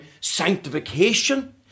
sanctification